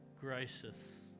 gracious